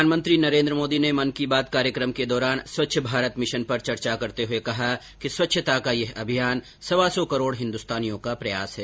प्रधानमंत्री नरेन्द्र मोदी ने मन की बात कार्यक्रम के दौरान स्वच्छ भारत मिशन पर चर्चा करते हुए कहा कि स्वच्छता का यह अभियान सवा सौ करोड हिन्दुस्तानियो का प्रयास है